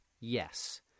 Yes